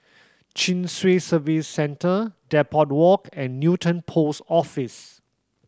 Chin Swee Service Centre Depot Walk and Newton Post Office